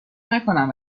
نکنم